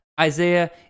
Isaiah